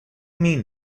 mean